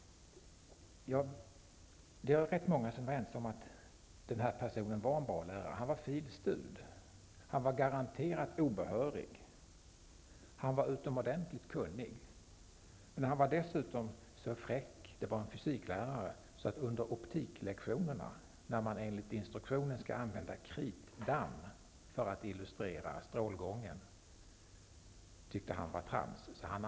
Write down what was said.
Jag känner till en person som rätt många var ense om var en bra lärare i fysik. Han var filosofie studerande, garanterat obehörig, utomordentligt kunnig och dessutom så fräck att han under optiklektionerna använde cigarrök i stället för enligt instruktionen kritdamm, för att illustrera strålgången. Han tyckte instruktionen var trams.